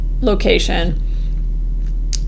location